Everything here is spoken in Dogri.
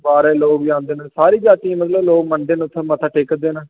बाह्रै दे लोक बी औंदे न सारी जातियें दे लोक उत्थै औंदे न ते उत्थै मत्था टेकदे न